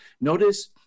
notice